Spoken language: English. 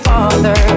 Father